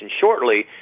shortly